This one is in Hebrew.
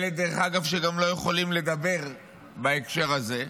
אלה, דרך אגב, שגם לא יכולים לדבר בהקשר הזה,